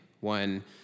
one